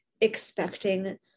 expecting